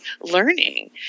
learning